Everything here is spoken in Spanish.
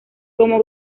como